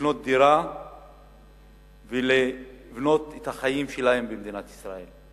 לקנות דירה ולבנות את החיים שלהם במדינת ישראל.